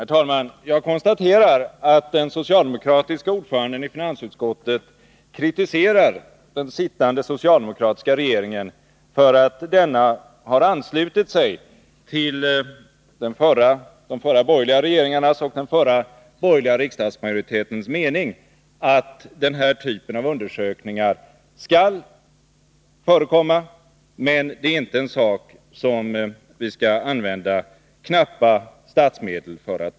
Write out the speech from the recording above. Herr talman! Jag konstaterar att den socialdemokratiske ordföranden i finansutskottet kritiserar den sittande socialdemokratiska regeringen för att denna har anslutit sig till de förra borgerliga regeringarnas och den förra borgerliga riksdagsmajoritetens mening att denna typ av undersökningar skall förekomma men inte skall bekostas med knappa statsmedel.